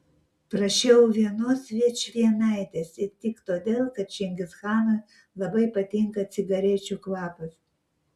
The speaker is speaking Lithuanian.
prašiau vienos vičvienaitės ir tik todėl kad čingischanui labai patinka cigarečių kvapas